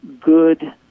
good